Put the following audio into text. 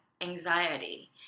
anxiety